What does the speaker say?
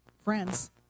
friends